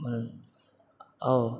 म्हणून हो